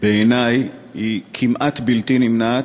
בעיני היא כמעט בלתי נמנעת,